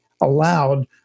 allowed